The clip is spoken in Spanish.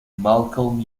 malcolm